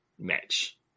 match